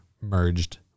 merged